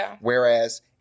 Whereas